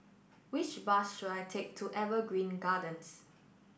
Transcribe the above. which bus should I take to Evergreen Gardens